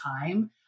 time